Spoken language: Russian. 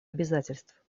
обязательств